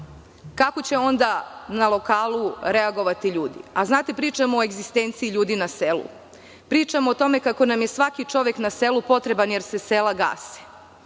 Kako će onda na lokalu reagovati ljudi? Znate, pričamo o egzistenciji ljudi na selu. Pričamo o tome kako nam je svaki čovek na selu potreban, jer se sela gase.